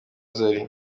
zari